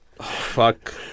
Fuck